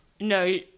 No